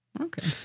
Okay